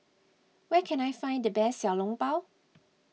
where can I find the best Xiao Long Bao